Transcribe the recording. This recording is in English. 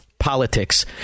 politics